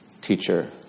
teacher